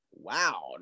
Wow